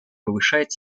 повышает